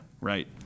right